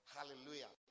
Hallelujah